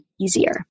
easier